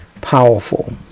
powerful